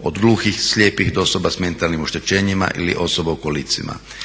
od gluhih, slijepih do osoba s mentalnim oštećenjima ili osoba u kolicima.